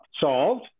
solved